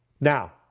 Now